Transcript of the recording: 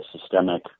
systemic